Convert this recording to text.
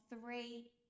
three